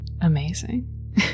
Amazing